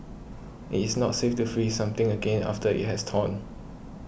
it is not safe to freeze something again after it has thawed